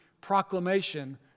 proclamation